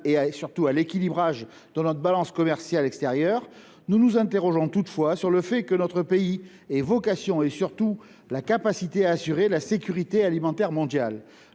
et, surtout, à l’équilibrage de notre balance commerciale extérieure, nous nous interrogeons toutefois sur le fait que notre pays ait vocation à assurer la sécurité alimentaire mondiale